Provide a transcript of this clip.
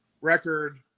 record